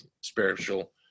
spiritual